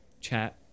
chat